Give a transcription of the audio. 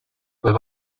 were